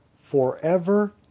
forever